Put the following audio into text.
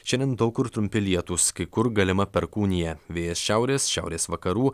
šiandien daug kur trumpi lietūs kai kur galima perkūnija vėjas šiaurės šiaurės vakarų